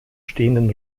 stehenden